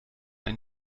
ein